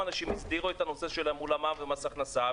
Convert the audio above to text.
אנשים הסדירו את הנושא שלהם מול המע"מ ומול מס הכנסה.